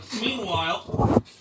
meanwhile